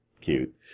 cute